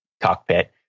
cockpit